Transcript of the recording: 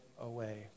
away